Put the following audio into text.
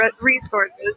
resources